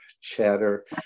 Chatter